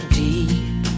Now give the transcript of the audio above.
deep